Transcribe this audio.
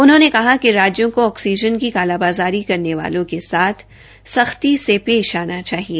उन्होंने कहा कि राज्यों को ऑक्सीजन की कालाबाज़ारी करने वालों के साथ सख्ती से पेश आना चाहिए